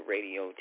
Radio